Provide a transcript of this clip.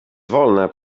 wolna